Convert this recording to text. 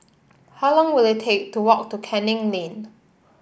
how long will it take to walk to Canning Lane